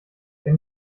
wenn